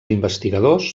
investigadors